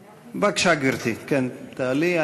בבקשה, גברתי, תעלי.